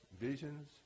visions